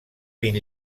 vint